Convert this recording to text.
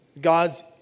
God's